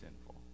sinful